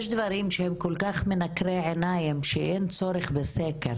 יש דברים שהם כל כך מנקרי עיניים שאין צורך בסקר